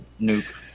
nuke